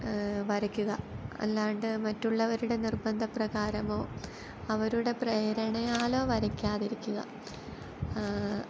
വരയ്ക്കുക അല്ലാണ്ട് മറ്റുള്ളവരുടെ നിർബന്ധപ്രകാരമോ അവരുടെ പ്രേരണയാലോ വരയ്ക്കാതിരിയ്ക്കുക